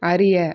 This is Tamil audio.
அறிய